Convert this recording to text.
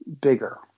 bigger